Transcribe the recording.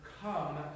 come